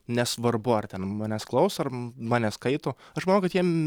nesvarbu ar ten manęs klauso ar mane skaito aš manau kad jiem